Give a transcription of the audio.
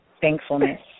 thankfulness